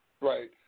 right